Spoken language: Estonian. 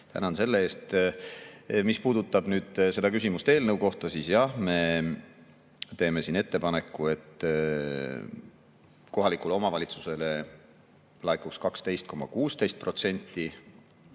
Tänan selle eest! Mis puudutab nüüd küsimust eelnõu kohta, siis jah, me teeme siin ettepaneku, et kohalikule omavalitsusele laekuks 12,16%